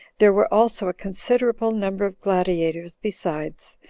there were also a considerable number of gladiators besides,